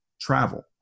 travel